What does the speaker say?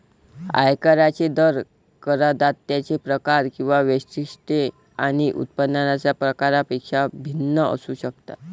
आयकरांचे दर करदात्यांचे प्रकार किंवा वैशिष्ट्ये आणि उत्पन्नाच्या प्रकारापेक्षा भिन्न असू शकतात